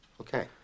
okay